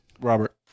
Robert